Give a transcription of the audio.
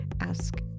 Ask